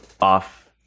off